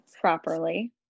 properly